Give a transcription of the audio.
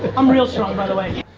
i'm real strong by the way.